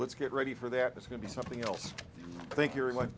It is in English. let's get ready for there is going to be something else i think your what